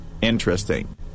Interesting